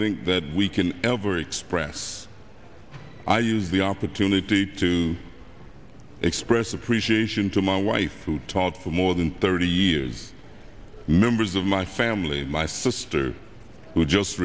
think that we can ever express i used the opportunity to express appreciation to my wife who taught for more than thirty years members of my family my sister who just